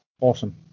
Awesome